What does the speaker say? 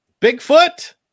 Bigfoot